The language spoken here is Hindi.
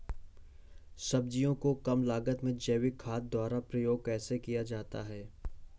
सब्जियों को कम लागत में जैविक खाद द्वारा उपयोग कैसे किया जाता है?